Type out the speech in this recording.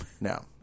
No